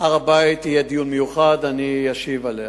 שיהיה דיון מיוחד בנושא הר-הבית.